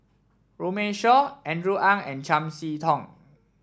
Runme Shaw Andrew Ang and Chiam See Tong